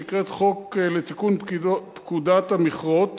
שנקראת הצעת חוק לתיקון פקודת המכרות